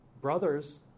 brothers